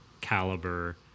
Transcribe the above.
caliber